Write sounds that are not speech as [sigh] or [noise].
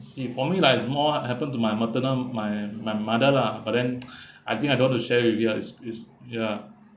see for me like it's more happen to my maternal my my mother lah but then [noise] I think I don't want to share ah with you it's it's ya